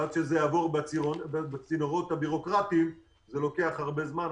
עד שזה יעבור בצינורות הבירוקרטיים זה לוקח הרבה זמן.